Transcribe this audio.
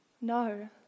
No